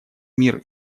мир